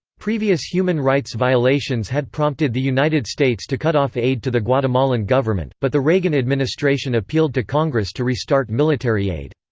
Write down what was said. previous human rights violations had prompted the united states to cut off aid to the guatemalan government but the reagan administration appealed to congress to restart military aid.